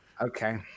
Okay